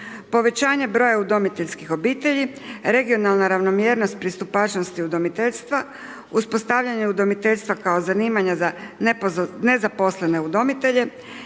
povećanje broja udomiteljskih obitelji, regionalna ravnomjernost, pristupačnosti udomiteljstva, uspostavljanje udomiteljstva kao zanimanja za nezaposlene udomitelje,